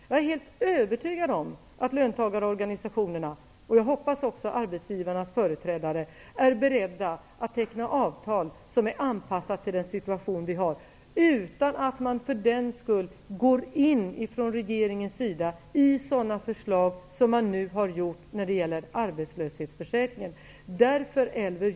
Jag är helt övertygad om att löntagarorganisationerna -- och förhoppningsvis också arbetsgivarnas företrädare -- är beredda att teckna avtal som är anpassat till den situation vi har utan att man för den skull från regeringens sida, som man nu har gjort, ingriper när det gäller arbetslöshetsförsäkringen.